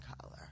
color